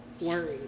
worried